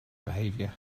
behavior